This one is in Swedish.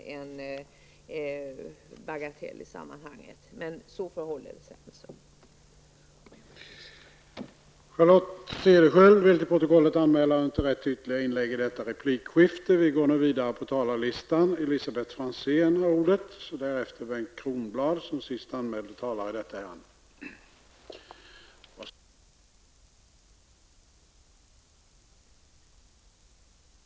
Cederschiöld anhållit att till protokollet få antecknat att hon inte ägde rätt till ytterligare replik.